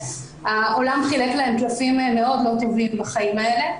שהעולם חילק להם קלפים מאוד לא טובים בחיים האלה.